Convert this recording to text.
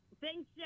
Thanks